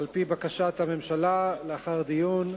על פי בקשת הממשלה, לאחר דיון,